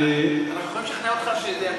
אנחנו יכולים לשכנע אותך שזה הפנים.